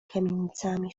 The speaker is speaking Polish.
kamienicami